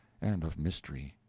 and of mystery.